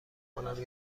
کنم